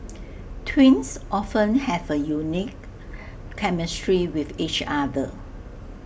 twins often have A unique chemistry with each other